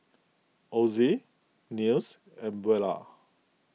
Ozie Nils and Buelah